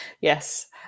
Yes